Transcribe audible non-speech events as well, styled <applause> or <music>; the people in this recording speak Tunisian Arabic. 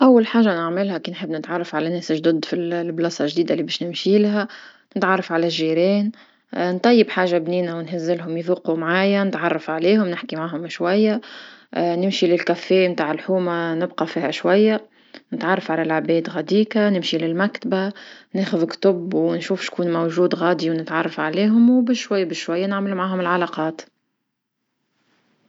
أول حاجة نعملها كي نحب نتعرف على ناس جدد في البلاصة الجديدة اللي باش نمشيلها، نتعرف على الجيران <hesitation> نطيب حاجة بنينة ونهزلهم يذوقو معايا نتعرف عليهم نحكي معهم شوية، <hesitation> نمشي للقهوة نتاع الحومة نبقى فيها شوية نتعرف على لعباد غديكا نمشي للمكتبة ناخذ كتوب ونشوف شكون موجود غادي ونتعرف عليهم وبشوي بشوية نعمل معاهم العلاقات.